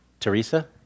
Teresa